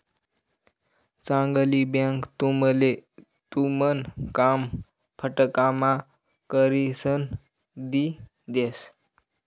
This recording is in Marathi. चांगली बँक तुमले तुमन काम फटकाम्हा करिसन दी देस